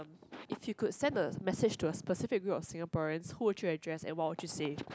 if you could send a message to a specific view of Singaporean who would you address and what would you say